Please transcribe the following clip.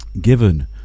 given